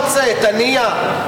את הנייה?